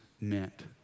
meant